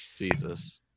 Jesus